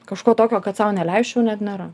kažko tokio kad sau neleisčiau net nėra